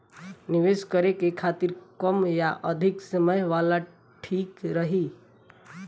निवेश करें के खातिर कम या अधिक समय वाला ठीक रही?